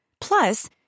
Plus